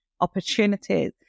opportunities